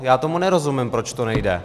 Já tomu nerozumím, proč to nejde.